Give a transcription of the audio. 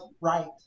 right